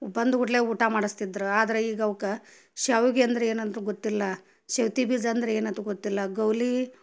ಬಂದ ಕೂಡ್ಲೆ ಊಟ ಮಾಡಸ್ತಿದ್ರು ಆದರೆ ಈಗ ಅವ್ಕೆ ಶಾವ್ಗೆ ಅಂದರೆ ಏನಂತ ಗೊತ್ತಿಲ್ಲ ಸೌತಿ ಬೀಜ ಅಂದರೆ ಏನಂತ ಗೊತ್ತಿಲ್ಲ ಗೌಳಿ